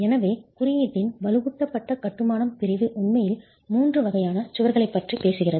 எனவே குறியீட்டின் வலுவூட்டப்பட்ட கட்டுமானம் பிரிவு உண்மையில் 3 வகையான சுவர்களைப் பற்றி பேசுகிறது